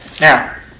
Now